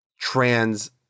trans